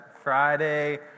Friday